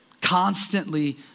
Constantly